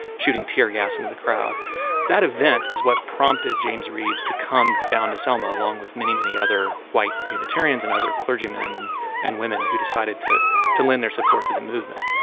shooting tear gas into the crowd that event is what prompted james reeb to come down to selma along with many, many other white unitarians and other clergymen and and women who decided to to lend their support to the movement.